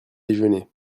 déjeuner